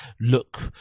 look